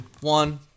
one